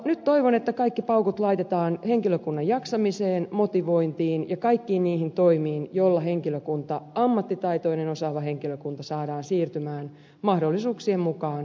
nyt toivon että kaikki paukut laitetaan henkilökunnan jaksamiseen motivointiin ja kaikkiin niihin toimiin joilla ammattitaitoinen osaava henkilökunta saadaan siirtymään mahdollisuuksien mukaan uusille paikkakunnille